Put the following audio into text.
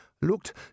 looked